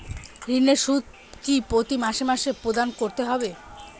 ঋণের সুদ কি প্রতি মাসে মাসে প্রদান করতে হবে?